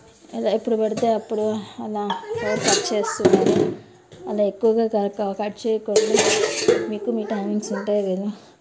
ఇలా ఎప్పుడు పడితే అప్పుడు అలా పవర్ కట్ చేస్తున్నారు అలా ఎక్కువగా కట్ చేయకూడదు మీకు మీ టైమింగ్స్ ఉంటాయి కదా